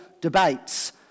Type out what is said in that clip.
debates